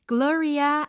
Gloria